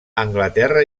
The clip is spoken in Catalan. anglaterra